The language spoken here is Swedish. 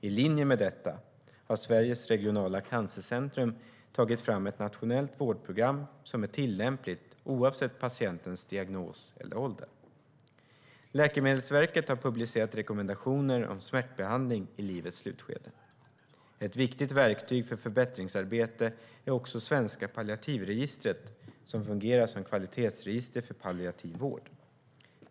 I linje med detta har Sveriges regionala cancercentrum tagit fram ett nationellt vårdprogram, som är tillämpligt oavsett patientens diagnos eller ålder. Läkemedelsverket har publicerat rekommendationer om smärtbehandling i livets slutskede. Ett viktigt verktyg för förbättringsarbete är också Svenska palliativregistret, som fungerar som kvalitetsregister för palliativ vård.